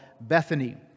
Bethany